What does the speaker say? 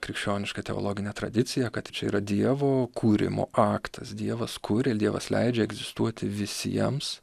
krikščionišką teologinę tradiciją kad čia yra dievo kūrimo aktas dievas kuria dievas leidžia egzistuoti visiems